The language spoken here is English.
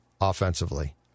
offensively